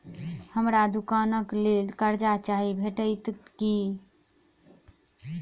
हमरा दुकानक लेल कर्जा चाहि भेटइत की?